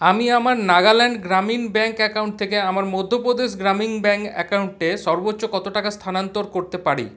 আমি আমার নাগাল্যান্ড গ্রামীণ ব্যাংক অ্যাকাউন্ট থেকে আমার মধ্যপ্রদেশ গ্রামীণ ব্যাংক অ্যাকাউন্টে সর্বোচ্চ কতো টাকা স্থানান্তর করতে পারি